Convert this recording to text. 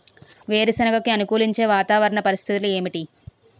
వేరుసెనగ కి అనుకూలించే వాతావరణ పరిస్థితులు ఏమిటి?